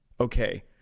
okay